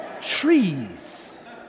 trees